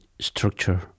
structure